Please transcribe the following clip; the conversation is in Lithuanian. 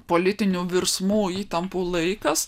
politinių virsmų įtampų laikas